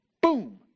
Boom